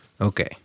Okay